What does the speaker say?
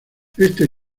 este